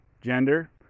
gender